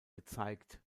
gezeigt